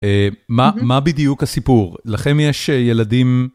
מה בדיוק הסיפור? לכם יש ילדים?